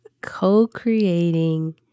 Co-creating